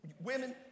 women